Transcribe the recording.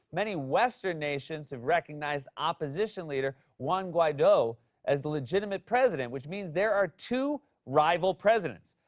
many western nations have recognized opposition leader juan guaido as the legitimate president, which means there are two rival presidents.